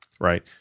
right